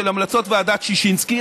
המלצות ועדת ששינסקי,